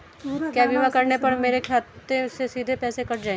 क्या बीमा करने पर मेरे खाते से सीधे पैसे कट जाएंगे?